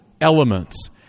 elements